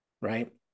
right